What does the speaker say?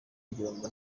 igihombo